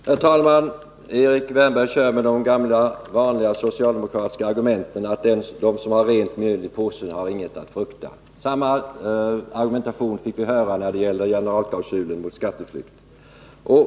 Herr talman! Erik Wärnberg kör med det gamla vanliga socialdemokratiska argumentet att de som har rent mjöl i påsen har inget att frukta. Samma argumentation fick vi höra när det gällde generalklausulen mot skatteflykt.